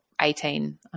18